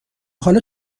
حالا